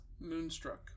Moonstruck